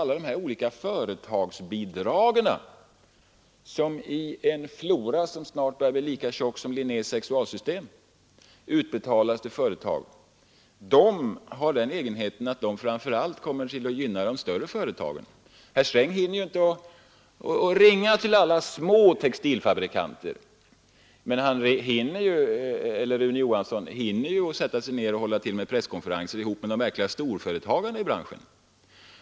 Alla de olika företagsbidrag, som utgör en flora som snart börjar bli lika tjock som Linnés sexualsystem och som utbetalas till företag, har den egenheten att de framför allt gynnar de större företagen. Herr Sträng hinner inte ringa till alla små textilfabrikanter, men herr Sträng eller Rune Johansson hinner sätta sig ned och hålla presskonferens med de verkliga storföretagarna i branschen.